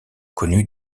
connue